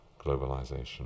globalization